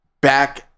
back